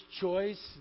choice